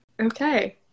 Okay